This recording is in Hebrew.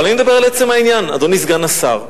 אבל אני מדבר על עצם העניין, אדוני סגן השר.